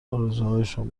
آرزوهایشان